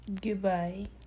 Goodbye